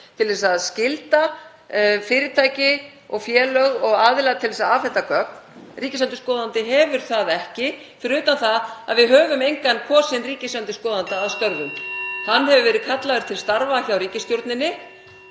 til að skylda fyrirtæki og félög og aðila til að afhenda gögn. Ríkisendurskoðandi hefur það ekki, fyrir utan það að við höfum engan kosinn ríkisendurskoðanda að störfum. (Forseti hringir.) Hann hefur verið kallaður til starfa hjá ríkisstjórninni